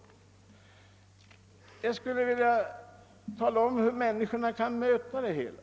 Jag skulle vilja tala om hur människorna kan möta det hela.